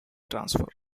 transfer